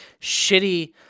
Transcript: shitty